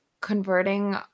converting